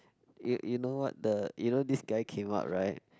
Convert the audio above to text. you you know what the you know this guy came out right